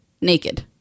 naked